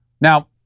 Now